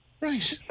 Right